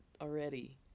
already